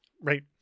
Right